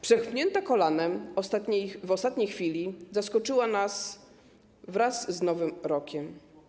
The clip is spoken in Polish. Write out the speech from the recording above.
Przepchnięta kolanem w ostatniej chwili zaskoczyła nas wraz z nowym rokiem.